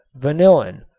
vanillin,